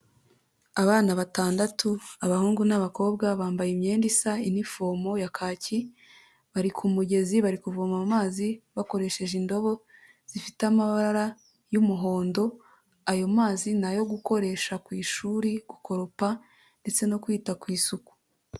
Abana batandatu, abahungu n'abakobwa, bambaye imyenda isa, inifomo ya kaki, bari ku mugezi, bari kuvoma amazi, bakoresheje indobo, zifite amabara y'umuhondo, ayo mazi ni ayo gukoresha ku ishuri, kukoropa, ndetse no kwita ku isuku.